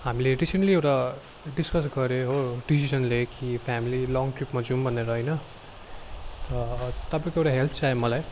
हामले रिसेन्टली एउटा डिस्कस गऱ्यो हो डिसिसन लियो कि फेमिली लङ ट्रिपमा जाउँ भनेर होइन र तपाईँको एउटा हेल्प चाहियो मलाई